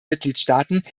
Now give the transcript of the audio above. mitgliedstaaten